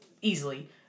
easily